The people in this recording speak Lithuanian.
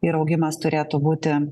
ir augimas turėtų būti